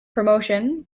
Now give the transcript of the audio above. promotion